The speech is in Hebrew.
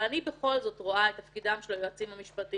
אבל אני בכל זאת רואה את תפקידם של היועצים המשפטיים